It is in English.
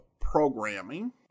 programming